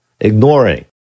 ignoring